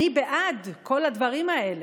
אני בעד כל הדברים האלה.